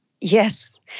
Yes